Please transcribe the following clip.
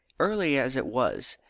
early as it was,